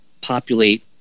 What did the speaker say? populate